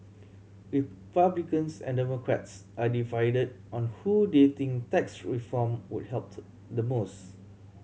Republicans and Democrats are divided on who they think tax reform would helped the most